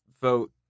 vote